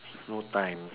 no time